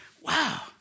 wow